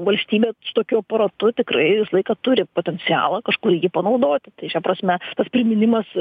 valstybė tokiu aparatu tikrai žinai kad turi potencialą kažkur jį panaudoti tai šia prasme tas priminimas